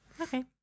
Okay